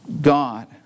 God